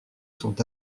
sont